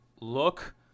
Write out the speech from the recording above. look